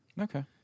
Okay